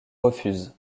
refusent